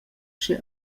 sche